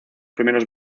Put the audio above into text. primeros